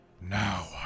Now